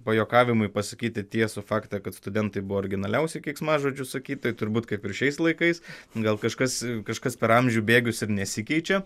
pajuokavimui pasakyti tiesų faktą kad studentai buvo originaliausi keiksmažodžių sakytojai turbūt kaip ir šiais laikais gal kažkas kažkas per amžių bėgius ir nesikeičia